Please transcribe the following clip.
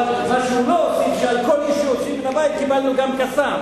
אבל מה שהוא לא הוסיף זה שעל כל איש שהוציאו מהבית קיבלנו גם "קסאם",